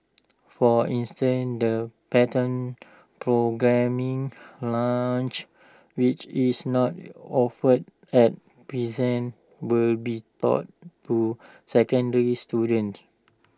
for instance the pattern programming lunch which is not offered at present will be taught to secondary students